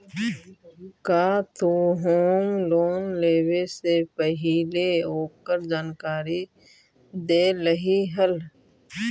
का तु home loan लेवे से पहिले ओकर जानकारी देखलही हल?